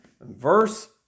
verse